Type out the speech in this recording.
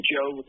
Joe